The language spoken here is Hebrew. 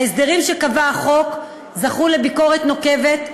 ההסדרים שקבע החוק זכו לביקורת נוקבת,